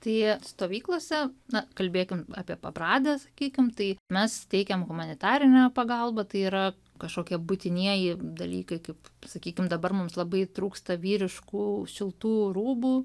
tai stovyklose na kalbėkim apie pabradę sakykim tai mes teikiam humanitarinę pagalbą tai yra kažkokie būtinieji dalykai kaip sakykim dabar mums labai trūksta vyriškų šiltų rūbų